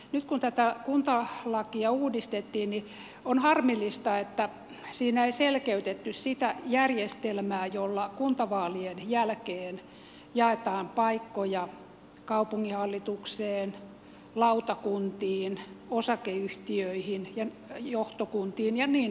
nyt kun tätä kuntalakia uudistettiin on harmillista että siinä ei selkeytetty sitä järjestelmää jolla kuntavaalien jälkeen jaetaan paikkoja kaupunginhallitukseen lautakuntiin osakeyhtiöihin johtokuntiin ja niin edespäin